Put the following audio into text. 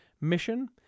mission